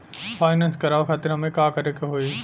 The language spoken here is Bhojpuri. फाइनेंस करावे खातिर हमें का करे के होई?